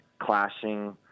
clashing